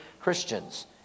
Christians